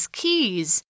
keys